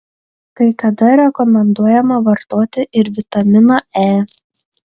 kai kada rekomenduojama vartoti ir vitaminą e